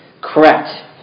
correct